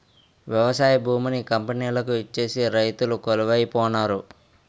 వ్యవసాయ భూమిని కంపెనీలకు ఇచ్చేసి రైతులు కొలువై పోనారు